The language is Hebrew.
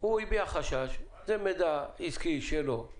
אז אני יכול להביא מיני חוות מילוי ולשים אותה בתוך שכונת מגורים?